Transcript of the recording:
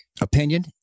opinion